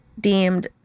deemed